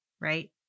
right